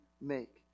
make